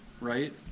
right